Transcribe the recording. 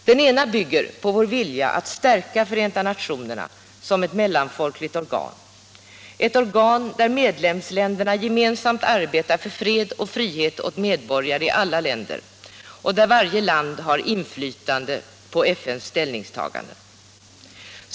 Det ena bygger på vår vilja att stärka Förenta nationerna som ett mellanstatligt organ, där medlemsländerna gemensamt arbetar för fred och frihet åt medborgare i alla länder och där varje land har inflytande på ställningstagandena.